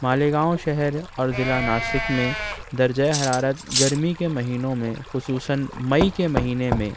مالیگاؤں شہر اور ضلع ناسک میں درجۂ حرارت گرمی کے مہینوں میں خصوصاً مئی کے مہینے میں